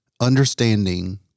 understanding